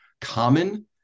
common